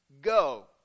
go